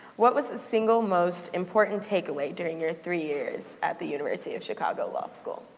what was the single most important take away during your three years at the university of chicago law school?